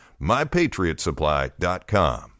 MyPatriotSupply.com